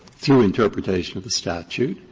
through interpretation of the statute,